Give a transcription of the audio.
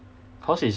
cause it's